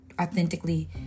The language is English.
authentically